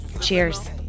Cheers